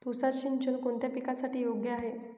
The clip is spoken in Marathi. तुषार सिंचन कोणत्या पिकासाठी योग्य आहे?